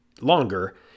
longer